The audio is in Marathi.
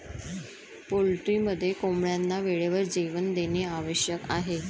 पोल्ट्रीमध्ये कोंबड्यांना वेळेवर जेवण देणे आवश्यक आहे